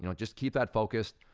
you know just keep that focused,